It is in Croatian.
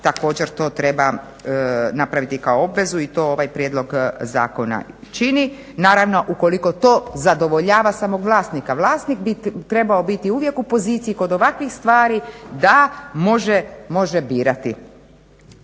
također to treba napraviti kao obvezu i to ovaj prijedlog zakona čini, naravno ukoliko to zadovoljava samog vlasnika. Vlasnik bi trebao biti uvijek u poziciji kod ovakvih stvari da može birati